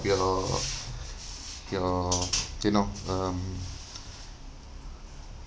your your you know um